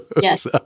Yes